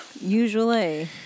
Usually